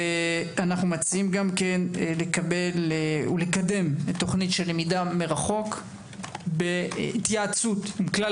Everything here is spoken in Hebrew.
מציעים גם לקדם ולקבל תוכנית למידה מרחוק בהתייעצות עם כלל